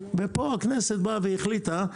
ופה הכנסת באה והחליטה,